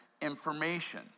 information